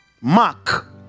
mark